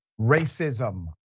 racism